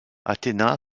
athéna